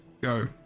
go